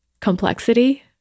complexity